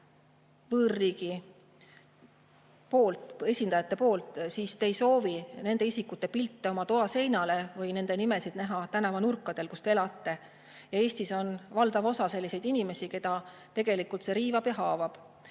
võõrriigi esindajate poolt, siis te ei soovi nende isikute pilte oma toa seinale või nende nimesid näha [selle linna] tänavanurkadel, kus te elate. Ja Eestis on valdav osa selliseid inimesi, keda see tegelikult riivab ja haavab.